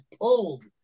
pulled